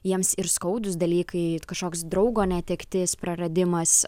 jiems ir skaudūs dalykai kažkoks draugo netektis praradimas